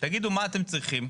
תגידו מה אתם צריכים.